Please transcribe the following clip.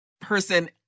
person